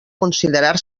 considerar